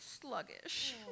sluggish